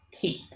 keep